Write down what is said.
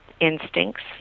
instincts